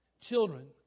Children